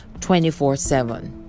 24-7